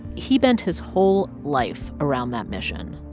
he bent his whole life around that mission.